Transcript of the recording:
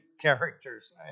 characters